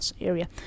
area